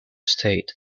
state